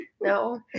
No